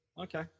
Okay